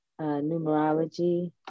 numerology